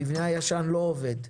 המבנה הישן לא עובד.